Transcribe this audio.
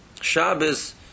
Shabbos